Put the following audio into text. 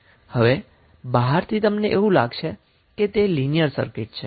હવે બહારથી તમને એવું લાગશે કે તે લિનીયર સર્કિટ છે